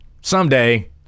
Someday